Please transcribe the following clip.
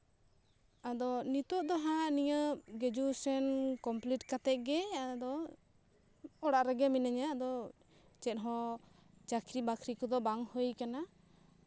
ᱟᱫᱚ ᱱᱤᱛᱚᱜ ᱫᱚᱦᱟᱜ ᱜᱨᱮᱡᱩᱭᱮᱥᱮᱱ ᱠᱚᱢᱯᱤᱞᱤᱴ ᱠᱟᱛᱮᱜ ᱜᱮ ᱟᱫᱚ ᱚᱲᱟᱜ ᱨᱮᱜᱮ ᱢᱤᱱᱟᱹᱧᱟ ᱟᱫᱚ ᱪᱮᱫᱦᱚᱸ ᱪᱟ ᱠᱨᱤ ᱵᱟᱠᱨᱤ ᱠᱚᱫᱚ ᱵᱟᱝ ᱦᱩᱭ ᱠᱟᱱᱟ